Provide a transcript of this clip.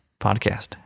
podcast